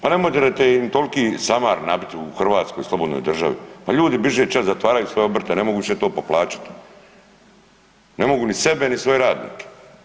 Pa ne možete im toliki samar nabiti u Hrvatskoj slobodnoj državi, pa ljudi biže ća, zatvaraju svoje obrte ne mogu više to poplaćat, ne mogu ni sebe ni svoje radnike.